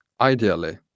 ideally